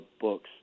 books